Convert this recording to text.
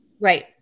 Right